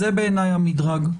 זה, בעיניי, המדרג: